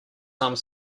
some